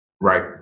Right